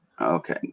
Okay